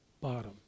bottom